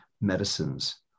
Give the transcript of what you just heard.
medicines